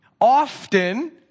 Often